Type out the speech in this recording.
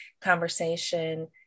conversation